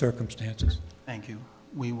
circumstances thank you we